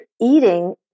eating